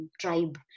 tribe